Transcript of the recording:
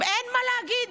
אין מה להגיד?